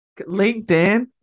LinkedIn